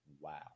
Wow